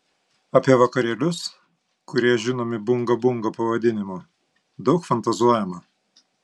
apie vakarėlius kurie žinomi bunga bunga pavadinimu daug fantazuojama